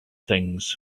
things